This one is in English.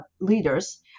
leaders